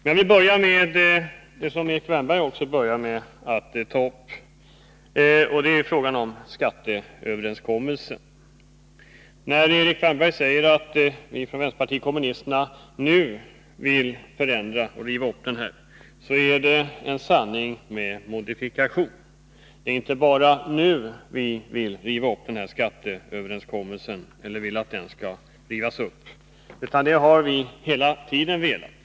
Jag vill först ta upp det som också Erik Wärnberg började med, nämligen frågan om skatteöverenskommelsen. När Erik Wärnberg säger att vi från vänsterpartiet kommunisterna nu vill förändra och riva upp den, är det en sanning med modifikation. Det är inte bara nu vi vill att denna skatteöverenskommelse skall rivas upp, utan det har vi velat hela tiden.